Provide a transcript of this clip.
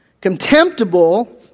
contemptible